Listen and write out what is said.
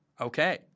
Okay